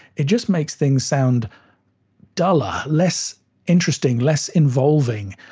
it just makes things sound duller, less interesting, less involving.